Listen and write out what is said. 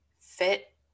fit